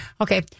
Okay